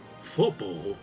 football